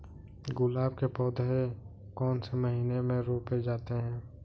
गुलाब के पौधे कौन से महीने में रोपे जाते हैं?